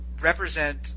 represent